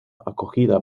acogida